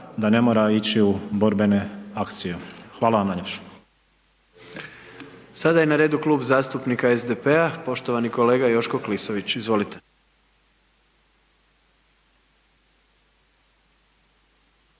da mora ići u borbene akcije. Hvala vam najljepša.